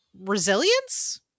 resilience